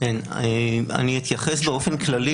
אני אתייחס באופן כללי